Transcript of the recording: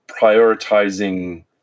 prioritizing